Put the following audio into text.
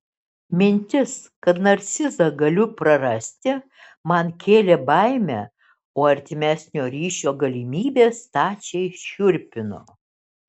mintis kad narcizą galiu prarasti man kėlė baimę o artimesnio ryšio galimybė stačiai šiurpino